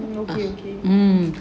okay okay